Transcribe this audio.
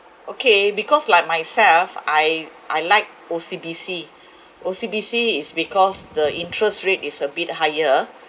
okay because like myself I I like O_C_B_C O_C_B_C it's because the interest rate is a bit higher